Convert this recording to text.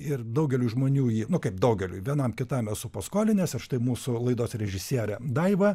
ir daugeliui žmonių jį kaip daugeliui vienam kitam esu paskolinęs ir štai mūsų laidos režisierė daiva